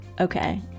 okay